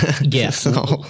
Yes